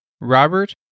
Robert